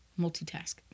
multitask